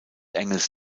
engels